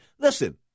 Listen